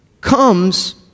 comes